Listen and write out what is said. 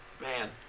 Man